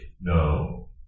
No